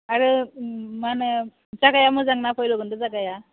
आरो मा होनो जागाया मोजां ना भैरबकुन्द जागाया